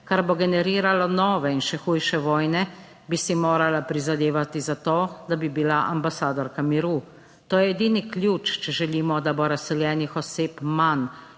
kar bo generiralo nove in še hujše vojne, bi si morala prizadevati za to, da bi bila ambasadorka miru. To je edini ključ, če želimo, da bo razseljenih oseb manj